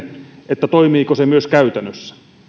suhteen toimiiko se myös käytännössä